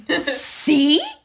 See